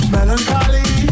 Melancholy